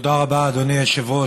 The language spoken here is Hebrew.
תודה רבה, אדוני היושב-ראש.